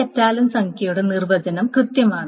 ഒരു കറ്റാലൻ സംഖ്യയുടെ നിർവചനം കൃത്യമാണ്